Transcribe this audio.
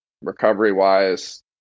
recovery-wise